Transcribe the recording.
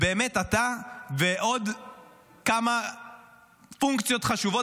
באמת אתה ועוד כמה פונקציות חשובות